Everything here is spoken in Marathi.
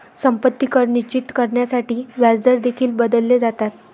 संपत्ती कर निश्चित करण्यासाठी व्याजदर देखील बदलले जातात